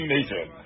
Nation